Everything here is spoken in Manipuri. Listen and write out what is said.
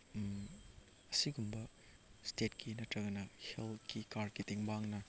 ꯑꯁꯤꯒꯨꯝꯕ ꯏꯁꯇꯦꯠꯀꯤ ꯅꯠꯇ꯭ꯔꯒꯅ ꯍꯦꯜꯠꯀꯤ ꯀꯥꯔꯠꯀꯤ ꯇꯦꯡꯕꯥꯡꯅ